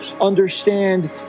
understand